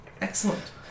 Excellent